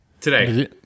Today